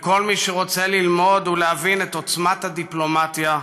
לכל מי שרוצה ללמוד ולהבין את עוצמת הדיפלומטיה,